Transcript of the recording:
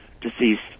deceased